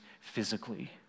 physically